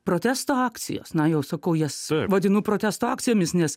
protesto akcijos na jau sakau jas vadinu protesto akcijomis nes